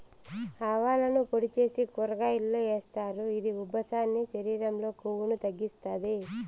ఆవాలను పొడి చేసి ఊరగాయల్లో ఏస్తారు, ఇది ఉబ్బసాన్ని, శరీరం లో కొవ్వును తగ్గిత్తాది